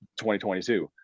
2022